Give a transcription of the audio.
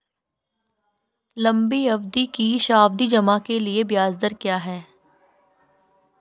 लंबी अवधि के सावधि जमा के लिए ब्याज दर क्या है?